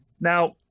now